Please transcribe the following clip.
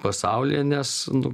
pasaulyje nes nu